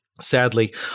sadly